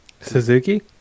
Suzuki